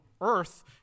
earth